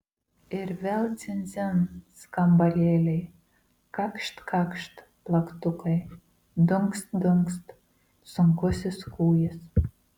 ir vėl dzin dzin skambalėliai kakšt kakšt plaktukai dunkst dunkst sunkusis kūjis